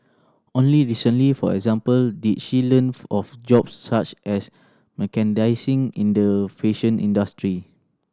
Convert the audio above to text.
only recently for example did she learn of jobs such as merchandising in the fashion industry